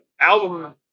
album